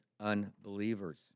unbelievers